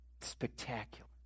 spectacular